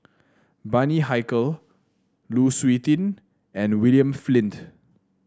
Bani Haykal Lu Suitin and William Flint